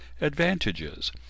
advantages